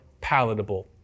palatable